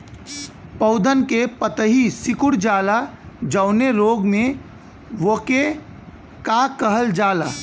पौधन के पतयी सीकुड़ जाला जवने रोग में वोके का कहल जाला?